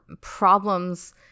problems